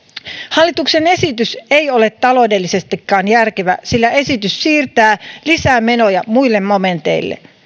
hallituksen esitys ei ole taloudellisestikaan järkevä sillä esitys siirtää lisämenoja muille momenteille